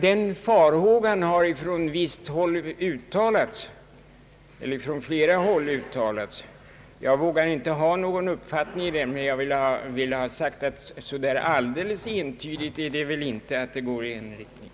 Denna farhåga har uttalats från flera håll. Jag vågar inte ha någon uppfattning i denna fråga, men vill dock säga att det väl inte är alldeles entydigt att meningarna går i en riktning.